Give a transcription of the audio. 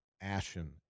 ashen